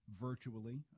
virtually